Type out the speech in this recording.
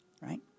right